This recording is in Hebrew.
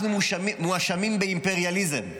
אנחנו מואשמים באימפריאליזם,